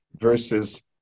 versus